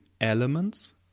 elements